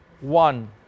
one